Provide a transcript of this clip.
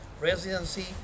residency